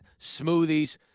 Smoothies